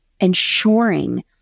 ensuring